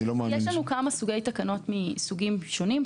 יש לנו כמה תקנות מסוגים שונים.